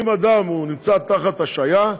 אם אדם נמצא תחת השעיה,